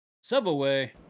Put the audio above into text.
Subway